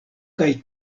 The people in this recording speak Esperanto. kaj